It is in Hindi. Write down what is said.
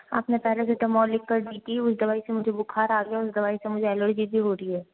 आपने पेरासिटामोल लिख कर दी थी उस दवाई से मुझे बुखार आ गया उस दवाई से मुझे एलर्जी भी हो रही है